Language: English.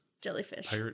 Jellyfish